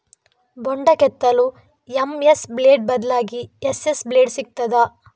ಬೊಂಡ ಕೆತ್ತಲು MS blade ಬದ್ಲಾಗಿ ಎಸ್.ಎಸ್ ಬ್ಲೇಡ್ ಸಿಕ್ತಾದ?